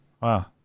Wow